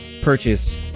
purchase